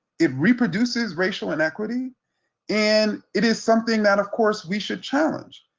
it reproduces racial inequity and it is something that, of course, we should challenge.